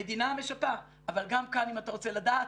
המדינה משפה אבל גם כאן אם אתה רוצה לדעת,